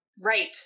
right